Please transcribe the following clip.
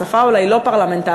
בשפה אולי לא פרלמנטרית: